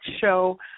show